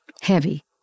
heavy